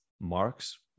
marks